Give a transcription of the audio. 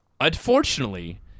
Unfortunately